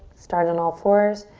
start on all fours.